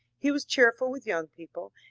he was cheer ful with young people,